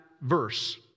verse